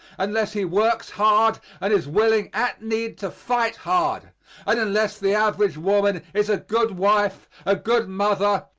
unless he works hard and is willing at need to fight hard and unless the average woman is a good wife, a good mother,